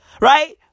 right